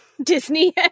disney